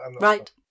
Right